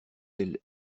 elle